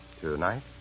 Tonight